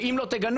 ואם אתם לא תגנו,